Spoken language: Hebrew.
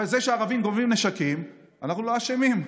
בזה שהערבים גונבים נשקים אנחנו לא אשמים.